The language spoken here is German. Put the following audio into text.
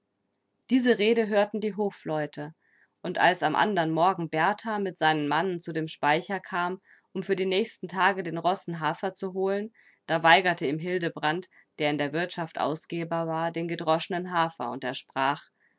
diese reden hörten die hofleute und als am anderen morgen berthar mit seinen mannen zu dem speicher kam um für die nächsten tage den rossen hafer zu holen da weigerte ihm hildebrand der in der wirtschaft ausgeber war den gedroschenen hafer und er sprach